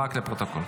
רק לפרוטוקול.